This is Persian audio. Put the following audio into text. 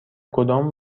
کدام